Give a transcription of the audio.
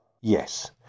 Yes